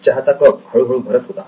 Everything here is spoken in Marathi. चहाचा कप हळूहळू भरत होता